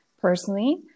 personally